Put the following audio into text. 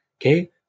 okay